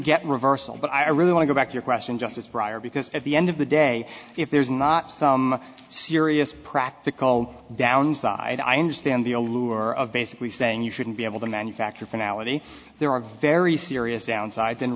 get reversal but i really want to go back to your question justice brier because at the end of the day if there's not some serious practical downside i understand the allure of basically saying you shouldn't be able to manufacture finale there are very serious downsides